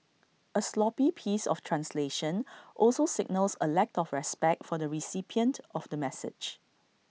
A sloppy piece of translation also signals A lack of respect for the recipient of the message